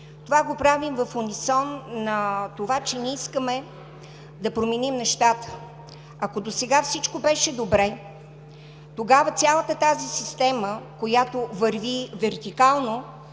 Това го правим в унисон на това, че не искаме да променим нещата. Ако досега всичко беше добре, тогава цялата тази система, която върви вертикално,